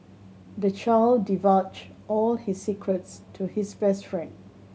the child divulged all his secrets to his best friend